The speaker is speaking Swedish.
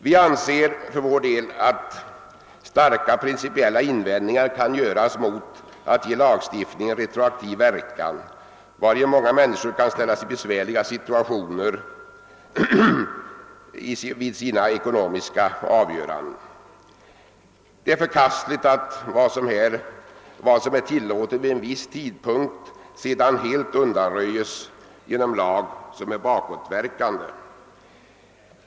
Vi anser att starka principiella invändningar kan göras mot att ge lagstiftningen retroaktiv verkan, varigenom många människor kan försättas i besvärliga situationer. Det är förkastligt att ett förfarande som är tillåtet vid en viss tidpunkt sedan helt undanröjes genom en lag med bakåtverkande kraft.